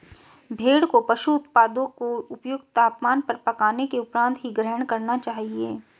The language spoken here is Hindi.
भेड़ को पशु उत्पादों को उपयुक्त तापमान पर पकाने के उपरांत ही ग्रहण करना चाहिए